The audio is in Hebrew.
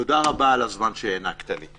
תודה רבה על הזמן שהענקת לי.